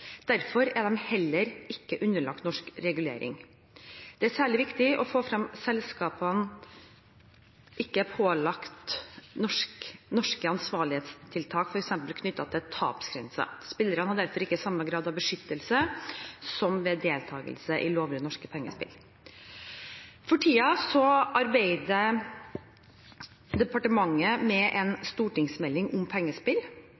Derfor er de heller ikke underlagt norsk regulering. Det er særlig viktig å få frem at selskapene ikke er pålagt norske ansvarlighetstiltak, f.eks. knyttet til tapsgrenser. Spillerne har derfor ikke samme grad av beskyttelse som ved deltakelse i lovlige norske pengespill. For tiden arbeider departementet med en stortingsmelding om pengespill.